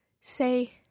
say